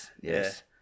yes